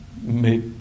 make